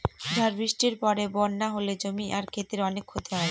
ঝড় বৃষ্টির পরে বন্যা হলে জমি আর ক্ষেতের অনেক ক্ষতি হয়